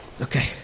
Okay